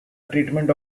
treatment